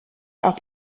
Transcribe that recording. auf